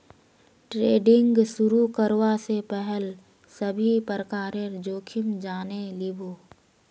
trading शुरू करवा स पहल सभी प्रकारेर जोखिम जाने लिबो